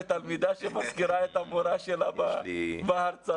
ותלמידה שמזכירה את המורה שלה בהרצאות.